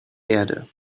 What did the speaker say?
erde